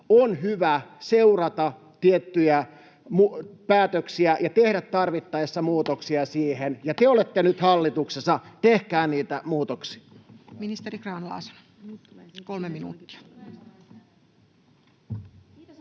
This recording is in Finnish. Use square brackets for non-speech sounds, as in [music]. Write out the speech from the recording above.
on hyvä seurata tiettyjä päätöksiä ja tehdä tarvittaessa muutoksia siihen. [noise] Te olette nyt hallituksessa — tehkää niitä muutoksia.